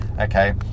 okay